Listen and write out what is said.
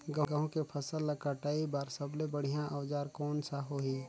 गहूं के फसल ला कटाई बार सबले बढ़िया औजार कोन सा होही?